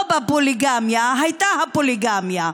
לא בפוליגמיה, הייתה הפוליגמיה.